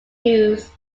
jews